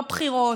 לא בחירות,